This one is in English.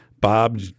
Bob